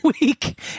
week